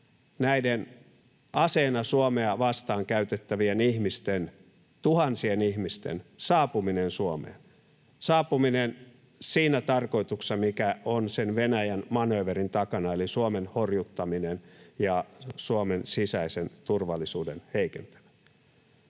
näiden aseena Suomea vastaan käytettävien ihmisten, tuhansien ihmisten, saapuminen Suomeen, saapuminen siinä tarkoituksessa, mikä on sen Venäjän manööverin takana, eli Suomen horjuttaminen ja Suomen sisäisen turvallisuuden heikentäminen.